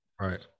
Right